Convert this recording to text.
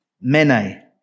Mene